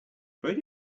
afraid